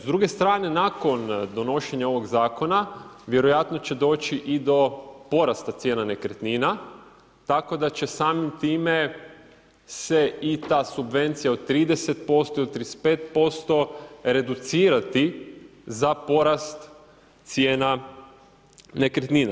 S druge strane, nakon donošenja ovog zakona vjerojatno će doći i do porasta cijena nekretnina, tako da će samim time se i ta subvencija od 30% i od 35% reducirati za porast cijena nekretnina.